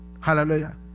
Hallelujah